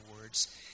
words